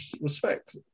respect